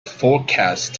forecast